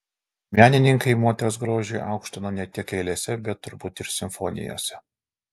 menininkai moters grožį aukštino ne tik eilėse bet turbūt ir simfonijose